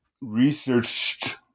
researched